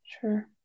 Sure